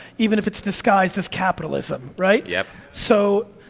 even if it's disguised as capitalism, right? yep. so,